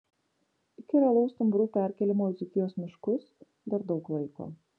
iki realaus stumbrų perkėlimo į dzūkijos miškus dar daug laiko